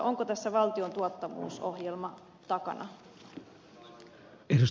onko tässä valtion tuottavuusohjelma takana